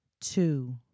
two